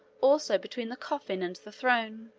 also, between the coffin and the throne.